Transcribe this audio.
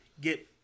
get